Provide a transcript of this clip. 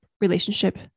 relationship